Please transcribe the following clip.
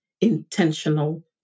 intentional